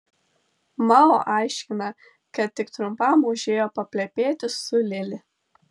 mao aiškina kad tik trumpam užėjo paplepėti su lili